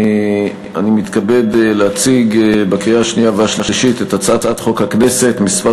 אני מתכבד להציג לקריאה שנייה ושלישית את הצעת חוק הכנסת (מספר